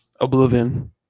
Oblivion